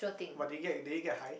but did it get did they get high